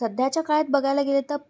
सध्याच्या काळात बघायला गेले तर